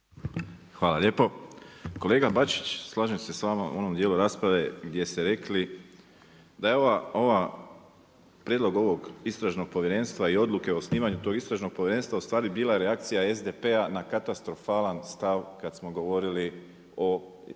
Hvala lijepo. Kolega Bačić, slažem se s vama u onom dijelu rasprave gdje ste rekli da je prijedlog ovog istražnog povjerenstva i odluke o osnivanju tog istražnog povjerenstva ustvari bila reakcija SDP-a na katastrofalan stav kada smo govorili o Zakonu o sistemski